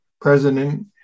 president